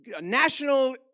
national